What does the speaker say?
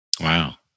Wow